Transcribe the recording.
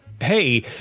hey